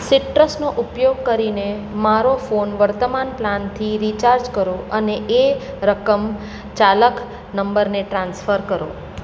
સિટ્રસનો ઉપયોગ કરીને મારો ફોન વર્તમાન પ્લાનથી રીચાર્જ કરો અને એ રકમ ચાલક નંબરને ટ્રાન્સફર કરો